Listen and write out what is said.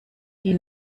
die